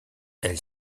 elles